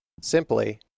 simply